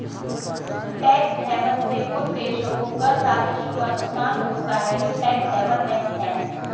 tax haven से उन देशों को कर राजस्व का नुकसान होता है जो टैक्स हेवन नहीं हैं